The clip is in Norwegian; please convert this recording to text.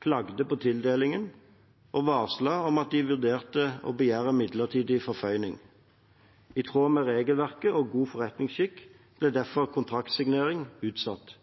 klagde på tildelingen og varslet at de vurderte å begjære midlertidig forføyning. I tråd med regelverket og god forretningsskikk ble derfor kontraktsignering utsatt.